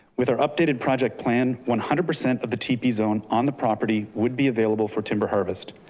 with our updated project plan, one hundred percent of the tp zone on the property would be available for timber harvest.